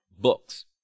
books